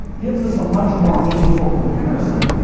gives us a much more meaningful comparison,